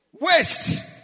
Waste